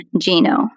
Gino